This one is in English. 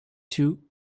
two